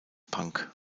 punk